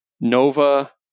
Nova